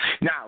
Now